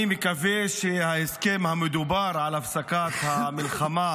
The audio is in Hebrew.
אני מקווה שההסכם המדובר על הפסקת המלחמה